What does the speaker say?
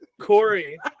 Corey